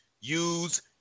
use